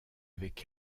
avec